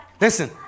Listen